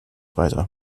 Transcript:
weiter